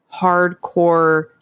hardcore